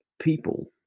people